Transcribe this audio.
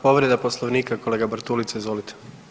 Povreda Poslovnika kolega Bartulica, izvolite.